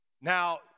Now